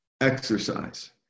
exercise